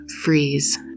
freeze